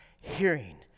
hearing